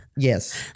Yes